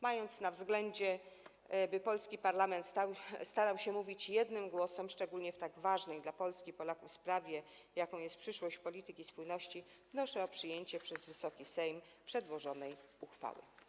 Mając to na względzie, by polski parlament starał się mówić jednym głosem, szczególnie w tak ważnej dla Polski i Polaków sprawie, jaką jest przyszłość polityki spójności, wnoszę o przyjęcie przez Wysoki Sejm przedłożonej uchwały.